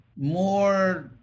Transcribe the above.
more